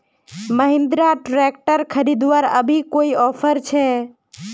Mahindra tractor खरीदवार अभी कोई ऑफर छे?